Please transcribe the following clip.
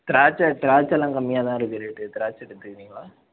திராட்சை திராட்ச எல்லாம் கம்மியாகதான் இருக்கும் ரேட்டு திராட்சை எடுத்துக்கிறீங்களா